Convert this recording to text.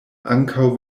ankaŭ